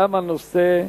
תם הנושא: